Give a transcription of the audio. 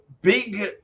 big